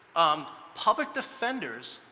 um public defenders,